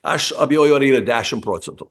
aš abejoju ar yra dešim procentų